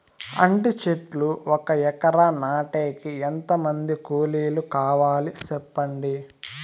అంటి చెట్లు ఒక ఎకరా నాటేకి ఎంత మంది కూలీలు కావాలి? సెప్పండి?